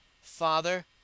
Father